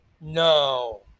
no